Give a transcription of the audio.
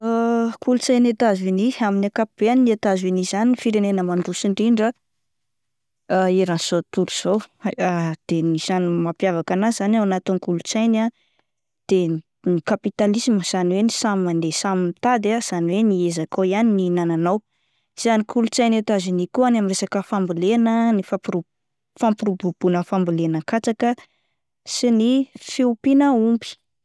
Kolotsain'i Etazonia amin'ny ankapobeany Etazonia izany firenena mandroso indrindra eran'izao tontolo izao, de isan'ny mamapiavaka anazy zany ah ao anatin'ny kolotsainy ah de ny kapitalisma izany hoe ny samy mandeha samy mitady ah, izany hoe ny ezakao ihany no hinananao. Isan'ny kolotsain'i Etazonia koa any amin'ny resaka fambolena ah, ny fampiro-fampiroboroboina ny fambolena katsaka, sy ny fiompiana omby.